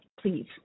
Please